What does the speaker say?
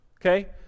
okay